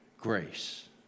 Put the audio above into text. grace